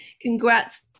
congrats